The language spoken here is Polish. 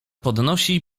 podnosi